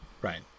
right